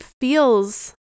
feels